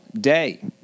day